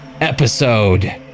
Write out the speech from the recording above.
episode